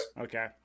Okay